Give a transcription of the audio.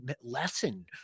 lesson